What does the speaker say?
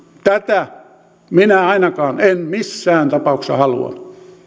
tätä minä ainakaan en missään tapauksessa halua